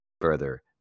further